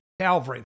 Calvary